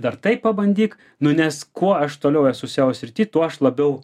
dar tai pabandyk nu nes kuo aš toliau esu seo srity tuo aš labiau